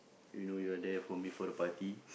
you know you are there for me for the party